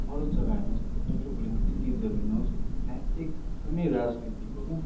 अरू जग्गा हेर्नुहोस् मेट्रोपोलिटियन सिटिसहरू हेर्नुहोस् त्यहाँ एकदमै राजनीतिको